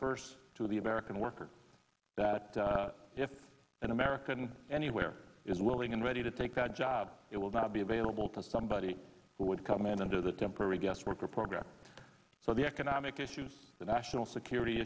first to the american worker that if an american anywhere is willing and ready to take that job it will not be available to somebody who would come in under the temporary guest worker program so the economic issues the national security